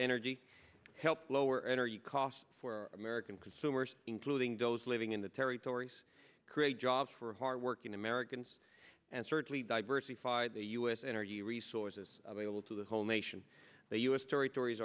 energy help lower energy costs for american consumers including those living in the territories create jobs for hardworking americans and certainly diversify the u s energy resources available to the whole nation the u s territories